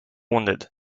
wounded